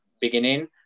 beginning